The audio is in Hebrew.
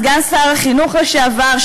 סגן שר החינוך לשעבר,